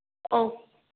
ओ